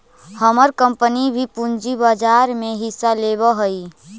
हमर कंपनी भी पूंजी बाजार में हिस्सा लेवअ हई